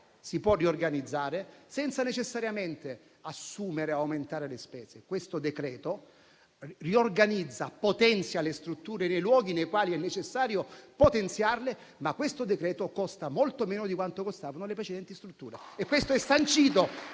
si può riorganizzare senza necessariamente assumere ed aumentare le spese. Questo decreto-legge riorganizza e potenzia le strutture dei luoghi nei quali è necessario potenziarle, ma costa molto meno di quanto costavano le precedenti strutture,